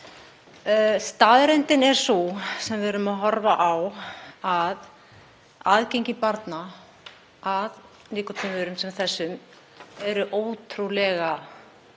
Staðreyndin er sú, sem við erum að horfa á, að aðgengi barna að nikótínvörum sem þessum er ótrúlega